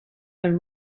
than